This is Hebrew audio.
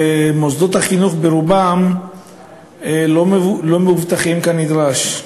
מוסדות החינוך ברובם לא מאובטחים כנדרש.